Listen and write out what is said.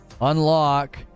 Unlock